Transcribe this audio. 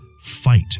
Fight